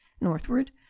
Northward